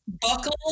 buckle